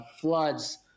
floods